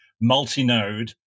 multi-node